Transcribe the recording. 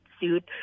sued